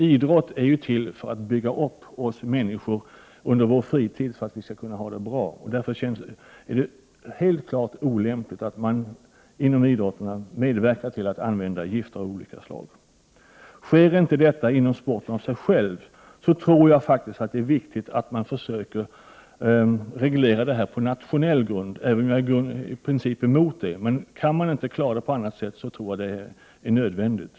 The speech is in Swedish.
Idrotten är ju till för att bygga upp oss människor under vår fritid så att vi skall kunna ha det bra. Därför är det helt olämpligt att man inom idrotterna medverkar till att använda gifter av olika slag. Sker inte detta inom sporten i sig, tror jag att det är viktigt att man försöker reglera detta på nationell grund. Jag är i princip emot det, men om man inte kan klara det på annat sätt tror jag att det är nödvändigt.